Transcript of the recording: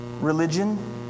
religion